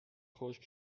خشک